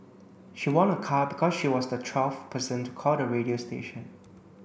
she won a car because she was the twelfth person to call the radio station